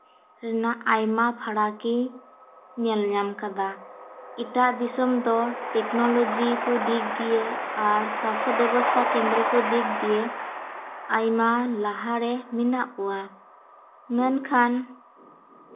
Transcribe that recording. ᱨᱮᱱᱟᱜ ᱟᱭᱢᱟ ᱯᱷᱟᱨᱟᱠᱤᱧ ᱧᱮᱞ ᱧᱟᱢ ᱠᱟᱫᱟ ᱮᱴᱟᱜ ᱫᱤᱥᱚᱢ ᱫᱚ ᱴᱮᱠᱱᱳᱞᱳᱡᱤ ᱠᱚ ᱫᱤᱠ ᱫᱤᱭᱮ ᱟᱨ ᱥᱟᱥᱛᱷᱚ ᱵᱮᱵᱚᱥᱛᱷᱟ ᱠᱮᱱᱫᱨᱚ ᱠᱚ ᱫᱤᱠ ᱫᱤᱭᱮ ᱟᱭᱢᱟ ᱞᱟᱦᱟ ᱨᱮ ᱢᱮᱱᱟᱜ ᱠᱚᱣᱟ ᱢᱮᱱᱠᱷᱟᱱ